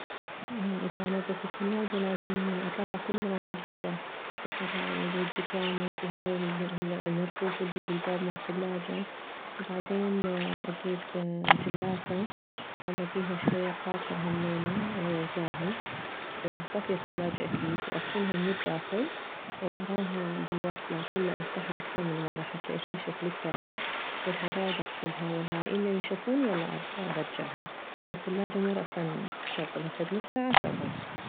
اذا انظف الثلاجة لازم اطلع كل الغراض بره الحدايد والجكامج وهاي الرفوف الي بالباب مالثلاجة وبعدين اجيب جلافة خاله بيها شوية قاصر همينه وزاهي ومطفية الثلاجة اكيد واغسلها من الداخل ووراها بالوصلة كله امسحها اكثر من مرة حتى تنشف للتالي والحدايد اغسلها والهاي الا ينشفون حتى ارجعها والثلاجة مو راسا اشغلها فد نص ساعة اشغلها